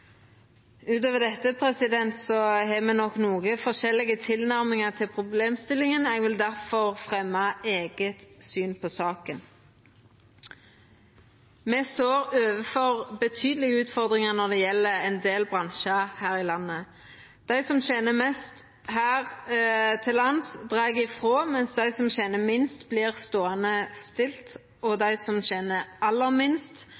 har me nok noko forskjellig tilnærming til problemstillinga, og eg vil difor fremja vårt eige syn på saka. Me står overfor betydelege utfordingar når det gjeld ein del bransjar her i landet. Dei som tener mest her til lands, dreg ifrå, medan dei som tener minst, vert ståande stille. Dei som tener aller minst,